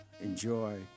enjoy